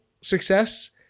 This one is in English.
success